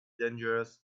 dangerous